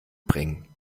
bringen